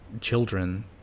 children